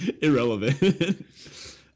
irrelevant